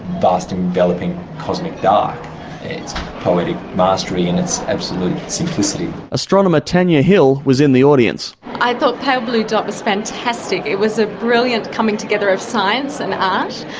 vast enveloping cosmic dark, it's poetic mastery in its absolute simplicity. astronomer tanya hill was in the audience. i thought pale blue dot was fantastic. it was a brilliant coming together of science and art,